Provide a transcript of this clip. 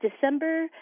December